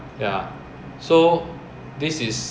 our license if you see you flip to the back right